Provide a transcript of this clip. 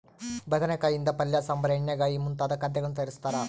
ಬದನೆಕಾಯಿ ಯಿಂದ ಪಲ್ಯ ಸಾಂಬಾರ್ ಎಣ್ಣೆಗಾಯಿ ಮುಂತಾದ ಖಾದ್ಯಗಳನ್ನು ತಯಾರಿಸ್ತಾರ